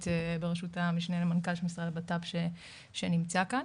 בראשות המשנה למנכ"ל של משרד הבט"פ שנמצא כאן.